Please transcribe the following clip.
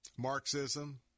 Marxism